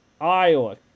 Iowa